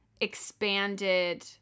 expanded